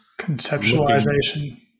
conceptualization